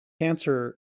cancer